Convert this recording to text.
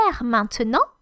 maintenant